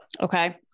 okay